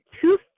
two